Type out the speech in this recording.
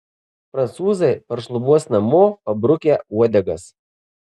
prancūzai paršlubuos namo pabrukę uodegas